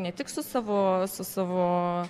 ne tik su savo su savo